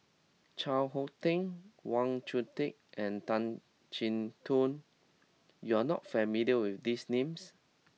Chao Hick Tin Wang Chunde and Tan Chin Tuan you are not familiar with these names